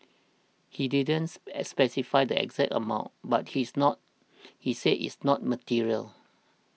he didn't s specify the exact amount but he is not he said it's not material